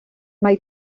mae